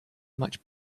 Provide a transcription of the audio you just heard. much